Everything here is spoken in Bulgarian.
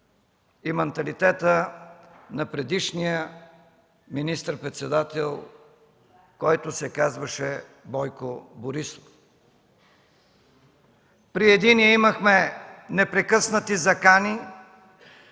и манталитета на предишния министър-председател, който се казваше Бойко Борисов. При единия имахме непрекъснати закани,